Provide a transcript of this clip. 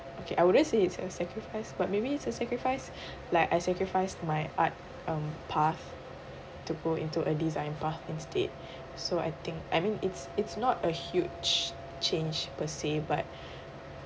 okay I wouldn't say it's a sacrifice but maybe it's a sacrifice like I sacrifice my art um path to go into a design path instead so I think I mean it's it's not a huge change per se but